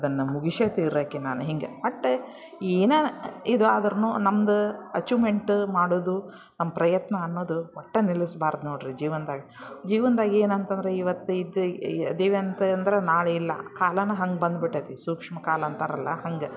ಅದನ್ನು ಮುಗಸೇ ತೀರಾಕೆ ನಾನು ಹೀಗೆ ಒಟ್ಟು ಏನೇ ಇದಾದ್ರೂ ನಮ್ದು ಅಚಿವ್ಮೆಂಟ್ ಮಾಡುವುದು ನಮ್ಮ ಪ್ರಯತ್ನ ಅನ್ನೋದು ಒಟ್ಟು ನಿಲ್ಲಿಸ್ಬಾರ್ದು ನೋಡಿರಿ ಜೀವನ್ದಾಗ ಜೀವನದಾಗೆ ಏನಂತಂದರೆ ಇವತ್ತು ಇದ್ದೀವಿ ಅಂತಂದ್ರೆ ನಾಳೆ ಇಲ್ಲ ಕಾಲವೂ ಹಂಗೆ ಬಂದು ಬಿಟ್ಟೈತಿ ಸೂಕ್ಷ್ಮ ಕಾಲ ಅಂತಾರಲ್ಲ ಹಾಗೆ